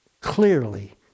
clearly